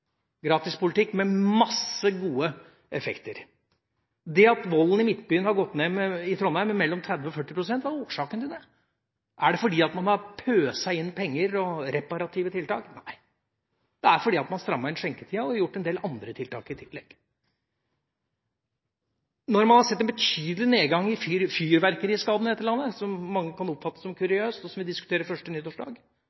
gått ned med 30–40 pst. Hva er årsaken til det? Er det fordi man har pøst på med penger og reparative tiltak? Nei, det er fordi man har strammet inn skjenketida og gjort en del andre tiltak i tillegg. Man har sett en massiv nedgang i fyrverkeriskadene i dette landet i løpet av de siste årene – som mange kan oppfatte som